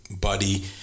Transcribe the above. buddy